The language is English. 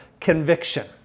conviction